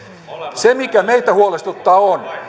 se mikä meitä huolestuttaa on